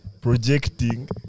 projecting